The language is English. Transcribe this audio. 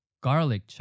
Garlic